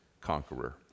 conqueror